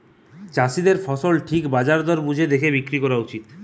চাষীদের ফসল ঠিক বাজার দর বুঝে দেখে বিক্রি কোরা উচিত